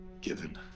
given